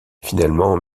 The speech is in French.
finalement